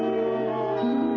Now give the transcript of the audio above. and